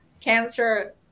Cancer